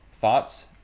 thoughts